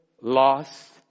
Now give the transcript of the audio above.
lost